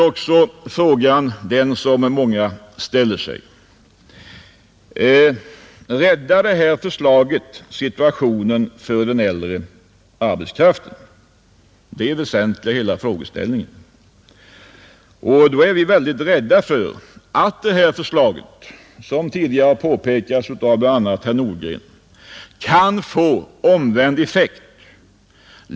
Den fråga som många ställer sig är: Räddar detta förslag situationen för den äldre arbetskraften? Det är det väsentligaste i hela frågeställningen. Vi är rädda för att detta förslag, som tidigare har påpekats av bl.a. herr Nordgren, kan få omvänd effekt.